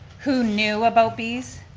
who knew about bees,